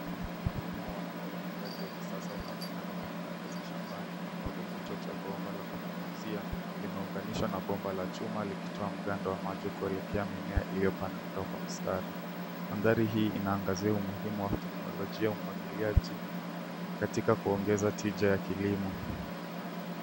Mfumo wa umwagiliaji wa kisasa, unaonekana ukifanya kazi shambani, ambapo kichwa cha bomba la kunyunyizia, kimeunganishwa na bomba la chuma, likitoa mgando wa maji kuelekea mimea iliyopandwa kwa mistari. Mandhari haya yanaangazia umuhimu wa teknolojia ya umwagiliaji, katika kuongeza tija ya kilimo.